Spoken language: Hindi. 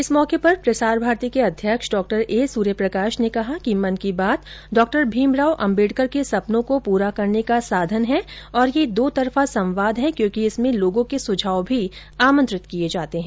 इस मौके पर प्रसार भारती के अध्यक्ष डॉ ए सूर्यप्रकाश ने कहा कि मन की बात डॉ भीमराम अंबेडकर के सपनों को पूरा करने का साधन है और यह दोतरफा संवाद है क्योंकि इसमें लोगों के सुझाव भी आमंत्रित किये जाते हैं